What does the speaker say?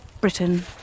Britain